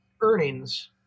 earnings